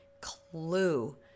clue